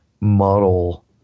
model